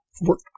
work